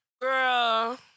Girl